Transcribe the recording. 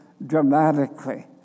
dramatically